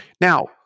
Now